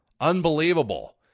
Unbelievable